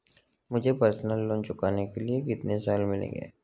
मुझे personal loan चुकाने के लिए कितने साल मिलेंगे?